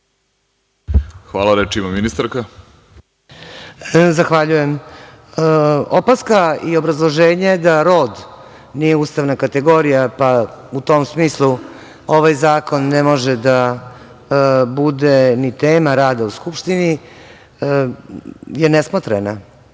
Hvala. Reč ima ministarka. **Gordana Čomić** Zahvaljujem. Opaska i obrazloženje da rod nije ustavna kategorija pa u tom smislu ovaj zakon ne može da bude ni tema rada u Skupštini je nesmotrena